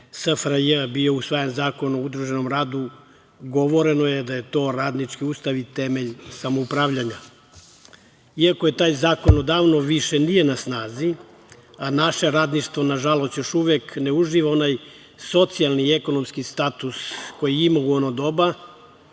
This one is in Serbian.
SFRJ bio usvojen Zakon o udruženom radu govoreno je da je to radnički ustav i temelj samoupravljanja. Iako taj zakon odavno više nije na snazi, a naše radništvo, nažalost ne uživa onaj socijalni i ekonomski status koje je imalo u ono doba,